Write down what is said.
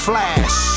Flash